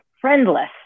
friendless